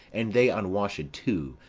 and they unwash'd too,